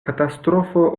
katastrofo